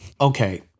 Okay